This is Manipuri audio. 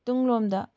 ꯇꯨꯡꯂꯣꯝꯗ